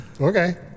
okay